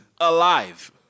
alive